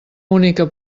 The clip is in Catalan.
única